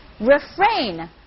Refrain